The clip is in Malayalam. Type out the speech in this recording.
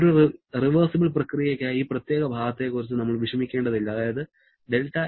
ഒരു റിവേഴ്സിബിൾ പ്രക്രിയയ്ക്കായി ഈ പ്രത്യേക ഭാഗത്തെക്കുറിച്ച് നമ്മൾ വിഷമിക്കേണ്ടതില്ല അതായത്δSgen